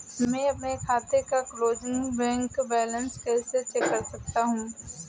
मैं अपने खाते का क्लोजिंग बैंक बैलेंस कैसे चेक कर सकता हूँ?